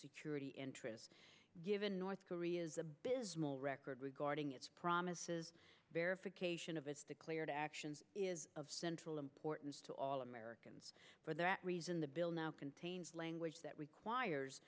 security interests given north korea's abysmal record regarding its promises verification of its declared actions is of central importance to all americans for that reason the bill now contains language that requires